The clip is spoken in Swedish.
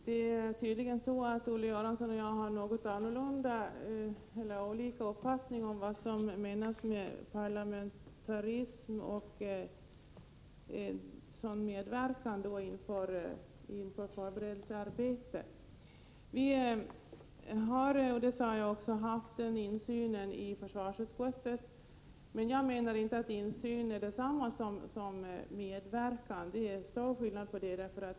Herr talman! Olle Göransson och jag har tydligen något olika uppfattningar om vad som menas med parlamentarism och medverkan i förberedelsearbetet. Vi har, som jag sagt, haft en insyn i försvarsutskottet. Jag menar dock att det är en stor skillnad mellan insyn och medverkan.